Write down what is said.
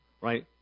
right